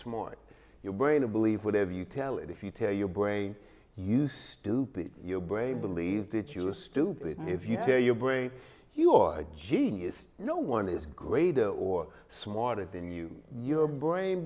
smart your brain to believe whatever you tell it if you tell your brain you stupid your brain believes that you are stupid if you tell your brain you're genius no one is greater or smarter than you your brain